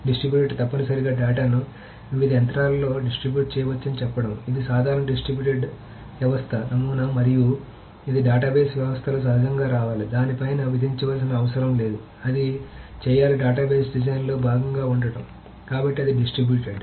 distributed తప్పనిసరిగా డేటాను వివిధ యంత్రాలలో డిస్ట్రిబ్యూట్ చేయవచ్చని చెప్పడం ఇది సాధారణ డిస్ట్రిబ్యూటెడ్ వ్యవస్థ నమూనా మరియు ఇది డేటాబేస్ వ్యవస్థలో సహజంగా రావాలి దాని పైన విధించాల్సిన అవసరం లేదు అది చేయాలి డేటాబేస్ డిజైన్లో భాగంగా ఉండడం కాబట్టి అది డిస్ట్రిబ్యూటెడ్